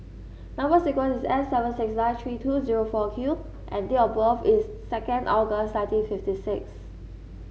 number sequence is S seven six nine three two zero four Q and date of birth is second August nineteen fifty six